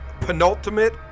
penultimate